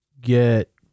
Get